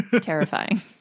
Terrifying